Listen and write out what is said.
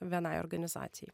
vienai organizacijai